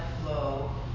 flow